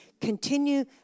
continue